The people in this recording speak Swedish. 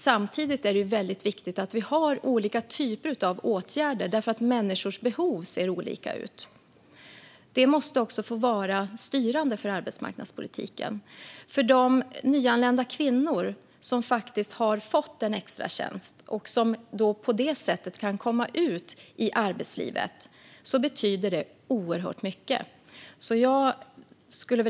Samtidigt är det viktigt att vi har olika typer av åtgärder, för människors behov ser olika ut. Detta måste få vara styrande för arbetsmarknadspolitiken. För de nyanlända kvinnor som har fått en extratjänst och som på det sättet kan komma ut i arbetslivet betyder det oerhört mycket.